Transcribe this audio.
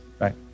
Right